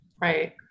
Right